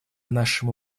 нашему